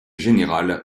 général